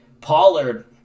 Pollard